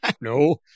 No